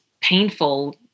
painful